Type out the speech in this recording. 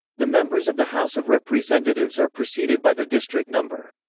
the members of the house of representatives are preceded by the district number.